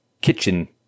kitchen